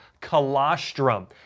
colostrum